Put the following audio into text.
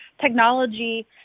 technology